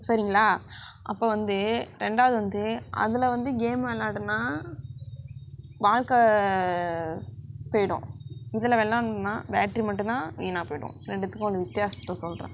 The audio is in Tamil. சரிங்களா அப்போது வந்து ரெண்டாவது வந்து அதில் வந்து கேம் விளாடுனா வாழ்க்கை போய்டும் இதில் வெளாடணுன்னா பேட்ரி மட்டும் தான் வீணாக போய்டும் ரெண்டுத்துக்கும் உள்ள வித்யாசத்தை சொல்கிறேன்